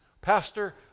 Pastor